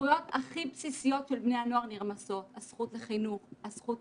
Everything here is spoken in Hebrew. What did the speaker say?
שאז נכנסנו לסגר שתיים.